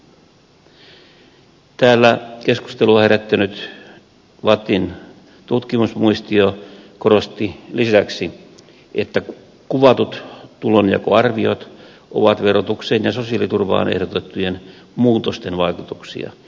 täällä keskustelua herättänyt vattin tutkimusmuistio korosti lisäksi että kuvatut tulonjakoarviot ovat verotukseen ja sosiaaliturvaan ehdotettujen muutosten vaikutuksia